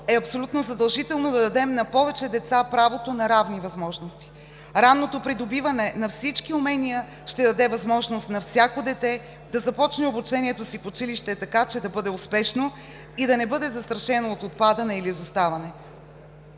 е абсолютно задължително да дадем на повече деца правото на равни възможности. Ранното придобиване на всички умения ще даде възможност на всяко дете да започне обучението си в училище, така че да бъде успешно и да не бъде застрашено от отпадане или изоставане.